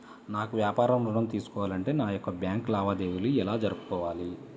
నాకు వ్యాపారం ఋణం తీసుకోవాలి అంటే నా యొక్క బ్యాంకు లావాదేవీలు ఎలా జరుపుకోవాలి?